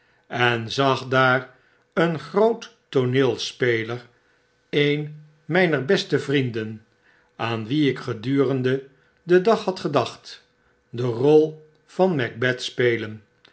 en zag daar eengroottooneelspeler eenmper beste vrienden aan wien ik gedurende den dag had gedacht de rol van macbeth spelen